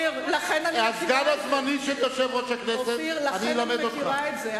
אופיר, לכן אני מכירה את זה.